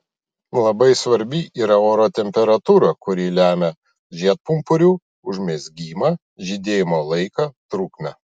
labai svarbi yra oro temperatūra kuri lemia žiedpumpurių užmezgimą žydėjimo laiką trukmę